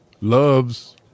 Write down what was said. loves